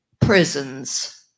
prisons